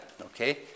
okay